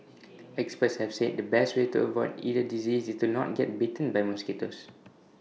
experts have said the best way to avoid either disease is to not get bitten by mosquitoes